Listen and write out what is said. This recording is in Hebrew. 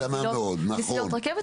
קטנה מאוד, נכון.